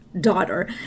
daughter